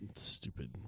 stupid